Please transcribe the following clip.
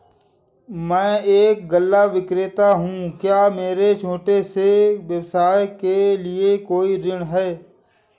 मैं एक गल्ला विक्रेता हूँ क्या मेरे छोटे से व्यवसाय के लिए कोई ऋण है?